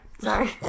Sorry